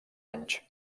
anys